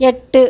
எட்டு